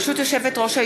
מי